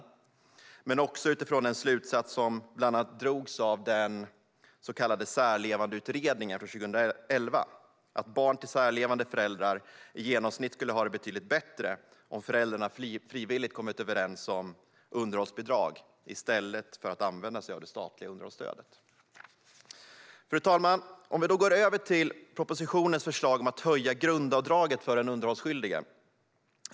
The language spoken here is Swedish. Men det är också olyckligt utifrån den slutsats som bland annat drogs av den så kallade Särlevandeutredningen från 2011, alltså att barn till särlevande föräldrar i genomsnitt skulle ha det betydligt bättre om föräldrarna frivilligt kommer överens om underhållsbidrag i stället för att använda sig av det statliga underhållsstödet. Fru talman! Jag går då går över till propositionens förslag om att höja grundavdraget för underhållsskyldiga.